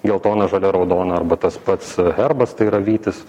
geltona žalia raudona arba tas pats herbas tai yra vytis